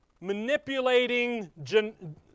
manipulating